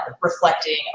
reflecting